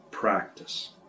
practice